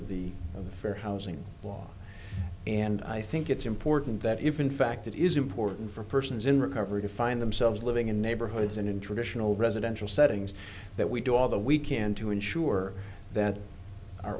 of the fair housing law and i think it's important that if in fact it is important for persons in recovery to find themselves living in neighborhoods and in traditional residential settings that we do all that we can to ensure that